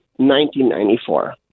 1994